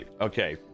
Okay